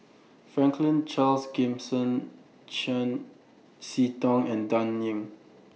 Franklin Charles Gimson Chiam See Tong and Dan Ying